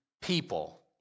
people